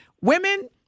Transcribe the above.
Women